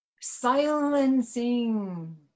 silencing